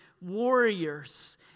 warriors